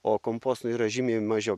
o komposto yra žymiai mažiau